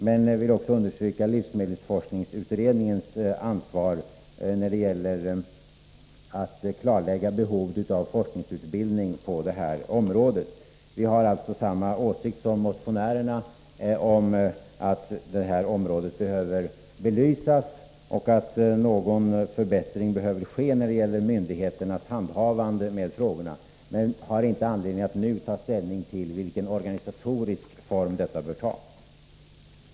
Men jag vill också understryka livsmedelsforskningsutredningens ansvar när det gäller att klarlägga behovet av forskningsutbildning på det här området. Utskottet har alltså samma åsikt som motionärerna om att det här området behöver belysas och att någon förbättring behöver ske när det gäller myndigheternas handhavande av frågorna, men vi har inte anledning att nu ta ställning till vilken organisatorisk form detta bör få.